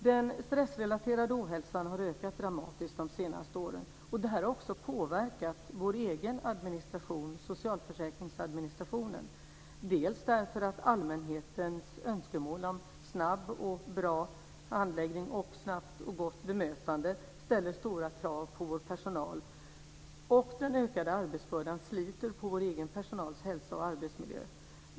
Den stressrelaterade ohälsan har ökat dramatiskt under de senaste åren, och det har också påverkat vår egen administration, socialförsäkringsadministrationen, bl.a. därför att allmänhetens önskemål om snabb och bra handläggning och snabbt och gott bemötande ställer stora krav på vår personal och att den ökade arbetsbördan sliter på vår egen personals hälsa och arbetsmiljö.